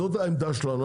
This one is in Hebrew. זאת העמדה שלנו,